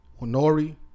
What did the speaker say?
Honori